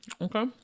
Okay